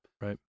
Right